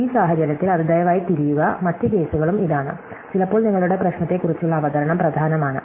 ഈ സാഹചര്യത്തിൽ അത് ദയവായി തിരിയുക മറ്റ് കേസുകളും ഇതാണ് ചിലപ്പോൾ നിങ്ങളുടെ പ്രശ്നത്തെക്കുറിച്ചുള്ള അവതരണം പ്രധാനമാണ്